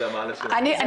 אם